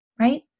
right